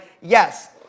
yes